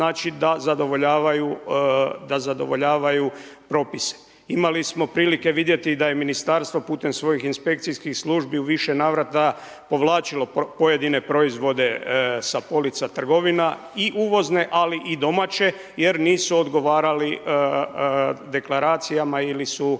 da zadovoljavaju propise. Imali smo prilike vidjeti da je Ministarstvo putem svojih inspekcijskih službi u više navrata povlačilo pojedine proizvode sa polica trgovina i uvozne ali i domaće jer nisu odgovarali deklaracijama ili su